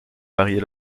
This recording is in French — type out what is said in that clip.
varier